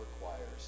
requires